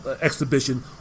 exhibition